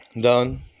done